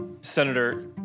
Senator